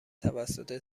توسط